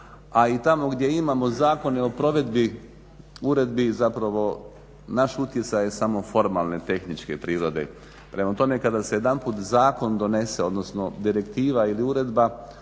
A i tamo gdje imamo zakone o provedbi uredbi zapravo naš utjecaj je samo formalne tehničke prirode. Prema tome, kada se jedanput zakon donese, odnosno direktiva ili uredba